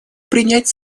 принять